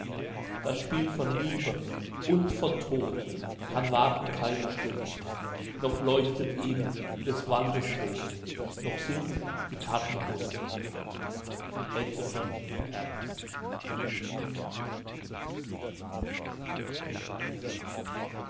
das spiel von liebe und von tod kann warten keine stund noch leuchtet ihm des waldes rot noch sind die karten bunt